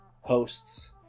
hosts